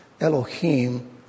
Elohim